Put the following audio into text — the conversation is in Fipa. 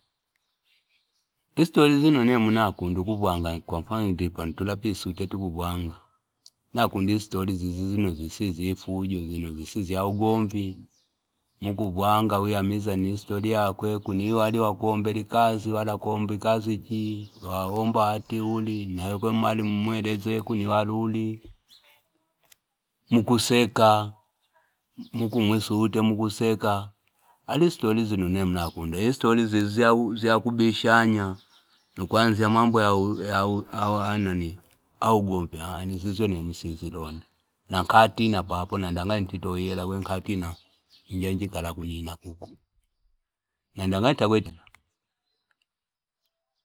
I stori zino nemwi nakunda kuvyanga kwa mfano ngituli kwisute nakundo istori zizi zino zisiinzifu zino fujo zisis izya ugomvi mkuvyanga wi amiza ni stori yakwe kuno uwali akuombela ikazi uwali akuomba ikazi chi waomba wati uli nawekwene umaliumwelezee kuno uwali uli mkuseka, mkimwa isute mkuseka uliistori zino nemwi nakunda lakini istori lelo istori zizi zya kubadilishanya nukwanzya mambo au- au a nani augomvi nemwi zizyo isinzilonda nanda ngali inititoaihela kwene inkatina papo nanada ngali intitia ihela kwene inkatina injainjikala kuni na kuku na ndongali ntakweti.